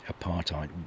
apartheid